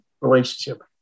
relationship